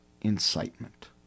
incitement